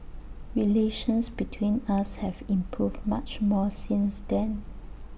relations between us have improved much more since then